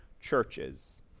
churches